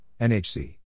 NHC